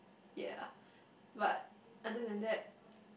yeah but other than that